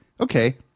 okay